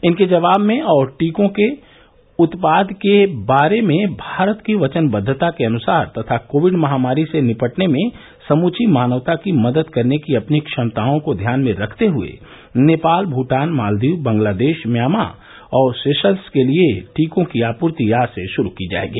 इनके जवाब में और टीकों के उत्पाद के बारे में भारत की वचनबद्वता के अनुसार तथा कोविड महामारी से निपटने में समूची मानवता की मदद करने की अपनी क्षमताओं को ध्यान में रखते हुए नेपाल भूटान मालदीव बंगलादेश म्यामा और सेशल्स के लिए टीकों की आपूर्ति आज से शुरू की जाएगी